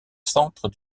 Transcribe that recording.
centres